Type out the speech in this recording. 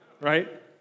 Right